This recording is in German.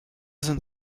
sind